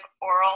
oral